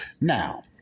Now